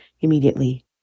immediately